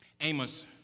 Amos